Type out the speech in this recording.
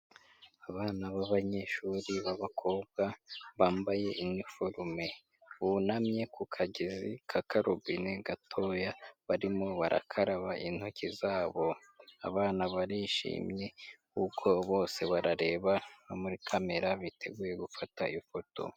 Abana b'abanyeshuri b'abakobwa bambaye iniforume bunamye ku kagezi k'akarobine gatoya barimo barakaraba intoki zabo, abana barishimye kuko bose barareba no muri kamera biteguye gufata ifoto.